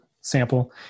sample